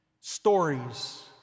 stories